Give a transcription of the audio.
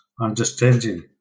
understanding